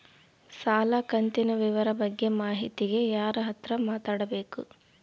ಸಾಲ ಕಂತಿನ ವಿವರ ಬಗ್ಗೆ ಮಾಹಿತಿಗೆ ಯಾರ ಹತ್ರ ಮಾತಾಡಬೇಕು?